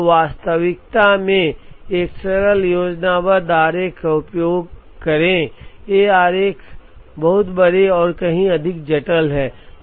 तो वास्तविकता में एक सरल योजनाबद्ध आरेख का उपयोग करें ये आरेख बहुत बड़े और कहीं अधिक जटिल हैं